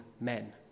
men